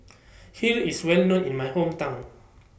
Kheer IS Well known in My Hometown